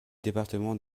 département